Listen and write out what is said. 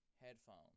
Headphones